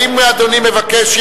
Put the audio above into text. האם אדוני מבקש,